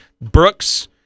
Brooks